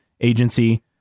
Agency